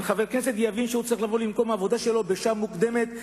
אם חבר הכנסת יבין שהוא צריך לבוא למקום העבודה שלו בשעה מוקדמת,